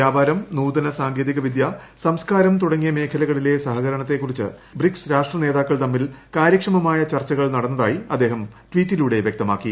വ്യാപാരം നൂതന സാങ്കേതികവിദ്യ സംസ്കാരം തുടങ്ങിയ മേഖലകളിലെ സഹകരണത്തെക്കുറിച്ച് ബ്രിക്സ് രാഷ്ട്ര നേതാക്കൾ തമ്മിൽ കാര്യക്ഷമമായ ചർച്ചകൾ നടന്നതായി അദ്ദേഹം ട്വീറ്റിലൂടെ വ്യക്തമാക്കി